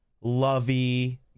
lovey